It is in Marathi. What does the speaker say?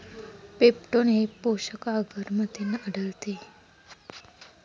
पेप्टोन हे पोषक आगरमध्ये आढळते